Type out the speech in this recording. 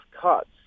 cuts